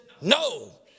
no